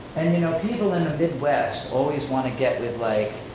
and you know people in the midwest always wanna get with like